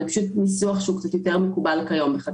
זה פשוט ניסוח שהוא קצת יותר מקובל היום בחקיקה.